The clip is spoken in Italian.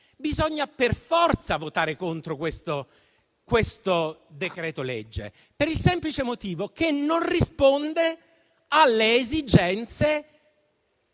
Bisogna per forza votare contro questo decreto-legge, per il semplice motivo che non risponde alle esigenze